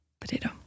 Potato